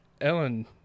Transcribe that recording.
Ellen